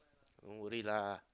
don't worry lah